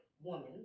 woman